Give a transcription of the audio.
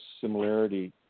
similarity